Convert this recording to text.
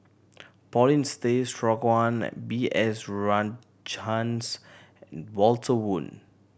Paulin Straughan and B S Rajhans Walter Woon